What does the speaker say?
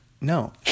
no